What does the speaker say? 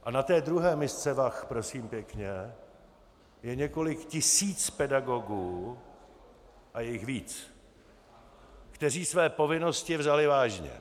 A na té druhé misce vah, prosím pěkně, je několik tisíc pedagogů, a je jich víc, kteří své povinnosti vzali vážně.